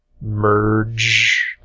merge